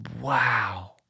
wow